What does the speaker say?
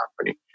company